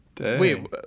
Wait